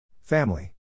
Family